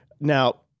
Now